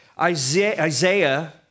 Isaiah